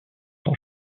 son